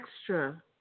extra